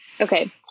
Okay